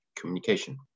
communication